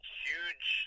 huge